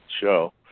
show